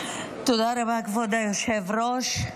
תודה רבה, כבוד היושב-ראש.